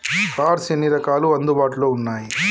Cards ఎన్ని రకాలు అందుబాటులో ఉన్నయి?